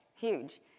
huge